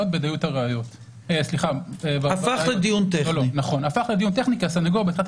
- הפך לדיון טכני כי הסנגור בתחילת